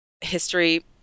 History